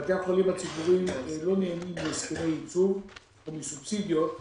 בתי החולים הציבוריים לא נהנים מהסכמי ייצוב או מסובסידיות,